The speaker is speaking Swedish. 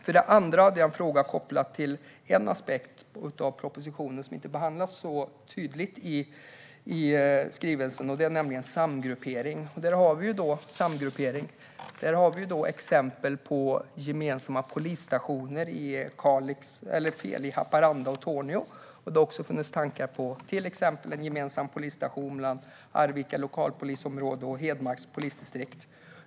Jag har också en fråga som är kopplad till en aspekt av propositionen som inte behandlas särskilt tydligt i skrivelsen, nämligen samgruppering. Det finns exempel på gemensamma polisstationer i Haparanda-Tornio, och det har också funnits tankar på till exempel en gemensam polisstation för Lokalpolisområde Arvika och Hedmarks polisdistrikt.